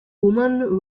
woman